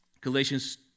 Galatians